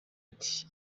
ati